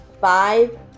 Five